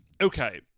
Okay